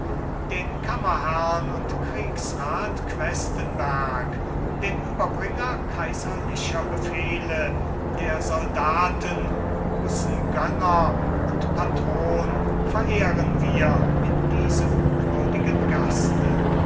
den kammerherrn und kriegsrat questenberg den überbringer kaiserlicher befehle der soldaten großen gönner und patron verehren wir in diesem würdigen gaste